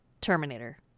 Terminator